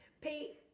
Pete